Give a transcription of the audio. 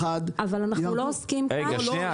--- אבל אנחנו לא עוסקים כאן --- רגע,